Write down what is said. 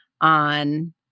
on